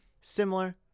similar